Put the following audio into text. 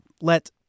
let